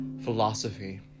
philosophy